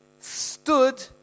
stood